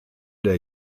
der